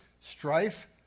strife